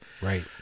Right